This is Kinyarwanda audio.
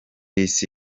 isi